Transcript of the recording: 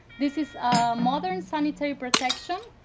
this is modern sanitary protection,